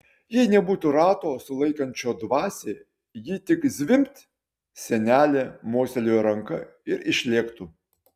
jei nebūtų rato sulaikančio dvasią ji tik zvimbt senelė mostelėjo ranka ir išlėktų